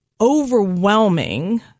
overwhelming